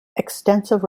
extensive